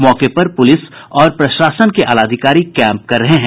मौके पर पुलिस और प्रशासन के आलाधिकारी कैम्प कर रहे हैं